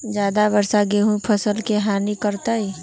ज्यादा वर्षा गेंहू के फसल के हानियों करतै?